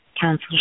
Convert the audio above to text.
Council